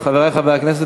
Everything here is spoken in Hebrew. חברי חברי הכנסת,